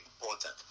important